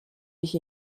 ich